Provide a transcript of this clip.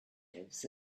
lives